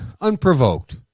unprovoked